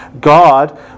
God